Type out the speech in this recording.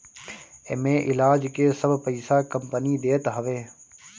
एमे इलाज के सब पईसा कंपनी देत हवे